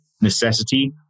Necessity